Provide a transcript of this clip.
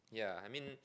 yeah I mean